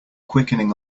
quickening